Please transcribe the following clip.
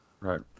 Right